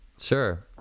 sure